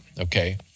okay